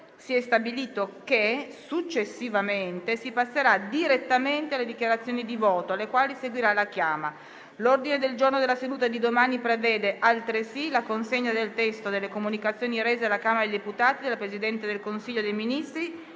si è stabilito che, successivamente, si passerà direttamente alle dichiarazioni di voto, alle quali seguirà la chiama. L'ordine del giorno della seduta di domani prevede, altresì, la consegna del testo delle comunicazioni rese alla Camera dei deputati dal Presidente del Consiglio dei ministri